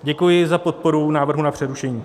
Děkuji za podporu návrhu na přerušení.